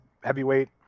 heavyweight